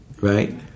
Right